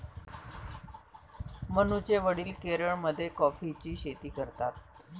मनूचे वडील केरळमध्ये कॉफीची शेती करतात